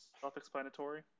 self-explanatory